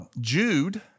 Jude